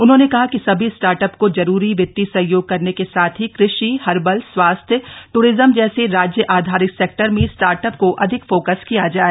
उन्होंने कहा कि सभी स्टार्ट अप को जरूरी वित्तीय सहयोग करने के साथ ही कृषि हर्बल स्वास्थ्य टूरिज्म जैसे राज्य आधारित सेक्टर में स्टार्ट अप को अधिक फोकस किया जाए